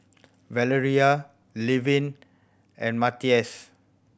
Valarie Levin and Matias